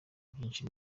byinshi